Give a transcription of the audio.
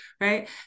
right